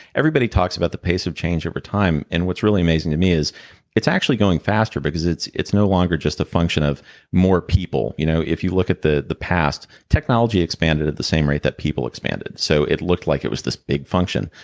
everybody talks about the pace of change over time, and what's really amazing to me is it's actually going faster, because it's it's no longer just a function of more people you know if you look at the the past, technology expanded at the same rate that people expanded. so it looked like it was this big function.